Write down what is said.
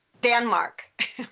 Denmark